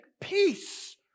peace